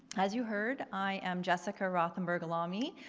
as you heard, i am jessica rothenberg-aalami.